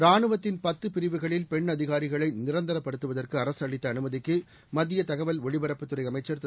ராணுவத்தின் பத்து பிரிவுகளில் பெண் அதிகாரிகளை நிரந்ததிரப்படுத்துவதற்கு அரசு அளித்த அனுமதிக்கு மத்திய தகவல் ஒளிபரப்புத் துறை அமைச்சர் திரு